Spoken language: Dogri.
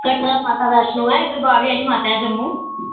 कटरा माता वैष्णो ऐ इद्धर बाह्वे आह्ली माता ऐ जम्मू